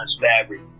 fabric